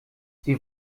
sie